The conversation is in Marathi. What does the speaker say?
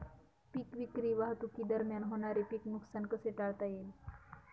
पीक विक्री वाहतुकीदरम्यान होणारे पीक नुकसान कसे टाळता येईल?